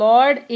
Lord